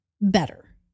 better